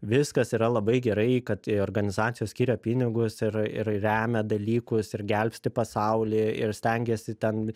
viskas yra labai gerai kad i organizacijos skiria pinigus ir ir remia dalykus ir gelbsti pasaulį ir stengiasi ten